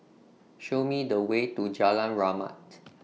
Show Me The Way to Jalan Rahmat